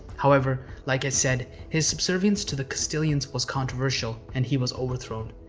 however, like i said, his subservience to the castilians was controversial and he was overthrown.